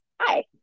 Hi